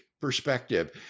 perspective